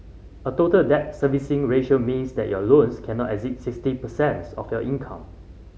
a Total Debt Servicing Ratio means that your loans cannot exceed sixty percent's of your income